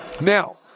Now